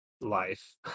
life